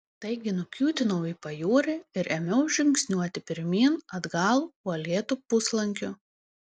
taigi nukiūtinau į pajūrį ir ėmiau žingsniuoti pirmyn atgal uolėtu puslankiu